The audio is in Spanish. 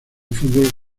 fútbol